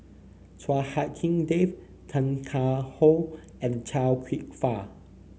Chua Hak Lien Dave Tan Car How and Chia Kwek Fah